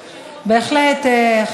בהחלט,